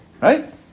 Right